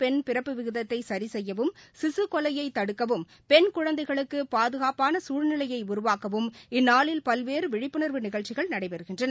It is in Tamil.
பெண் பிறப்பு விகிதத்தைசிசெய்யவும் சிசுகொலையைதடுக்கவும் பெண் ஆண் குழந்தைகளுக்குபாதுகாப்பானசூழ்நிலையைஉருவாக்கவும் இந்நாளில் பல்வேறுவிழிப்புணர்வு நிகழ்ச்சிகள் நடைபெறுகின்றன